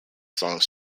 songs